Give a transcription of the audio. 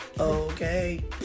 okay